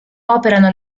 operano